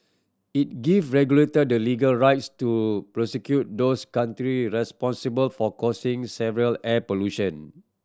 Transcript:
it give regulator the legal rights to prosecute those country responsible for causing severe air pollution